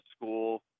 school